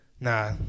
nah